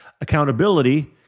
Accountability